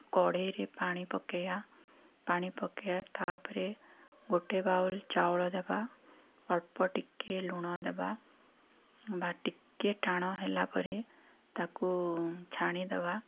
କଢ଼େଇରେ ପାଣି ପକେଇବା ପାଣି ପକେଇବା ତା'ପରେ ଗୋଟେ ବଉଲ୍ ଚାଉଳ ଦେବା ଅଳ୍ପ ଟିକେ ଲୁଣ ଦେବା ବା ଟିକେ ଟାଣ ହେଲାପରେ ତା'କୁ ଛାଣିଦେବା